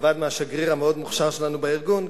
לבד מהשגריר המאוד מוכשר שלנו בארגון,